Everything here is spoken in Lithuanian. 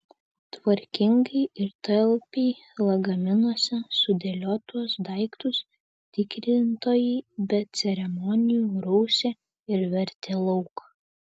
tvarkingai ir talpiai lagaminuose sudėliotus daiktus tikrintojai be ceremonijų rausė ir vertė lauk